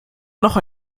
noch